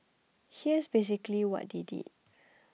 here's basically what they did